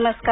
नमस्कार